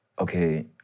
okay